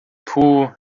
puh